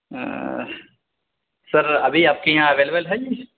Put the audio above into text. سر ابھی آپ کے یہاں اویلیبل ہے یہ